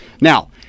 Now